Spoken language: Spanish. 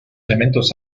elementos